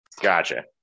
gotcha